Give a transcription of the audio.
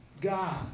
God